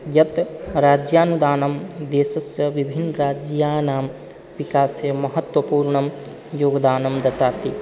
यत् राज्यानुदानं देशस्य विभिन्नराज्यानां विकासे महत्त्वपूर्णं योगदानं ददाति